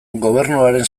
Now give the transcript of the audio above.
gobernuaren